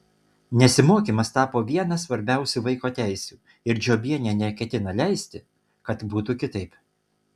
nesimokymas tapo viena svarbiausių vaiko teisių ir žiobienė neketina leisti kad būtų kitaip